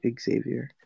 Xavier